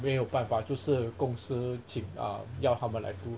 没有办法就是公司请 um 要他们来读